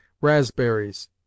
raspberries